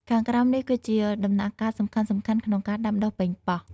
ខាងក្រោមនេះគឺជាដំណាក់កាលសំខាន់ៗក្នុងការដាំដុះប៉េងប៉ោះ។